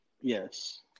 Yes